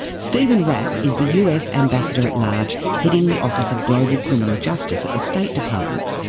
stephen rapp is the us ambassador-at-large heading the office of global criminal justice at the state department.